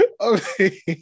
Okay